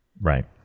Right